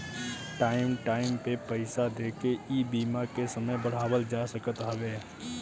time time पे पईसा देके इ बीमा के समय बढ़ावल जा सकत हवे